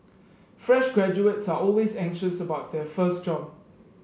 fresh graduates are always anxious about their first job